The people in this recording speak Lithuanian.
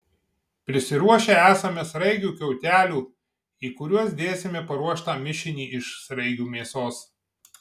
prisiruošę esame sraigių kiautelių į kuriuos dėsime paruoštą mišinį iš sraigių mėsos